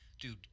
dude